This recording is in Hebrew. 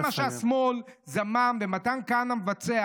זה מה שהשמאל זמם ומתן כהנא מבצע.